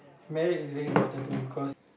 married is very important to me because